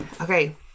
Okay